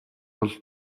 бол